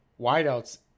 Wideouts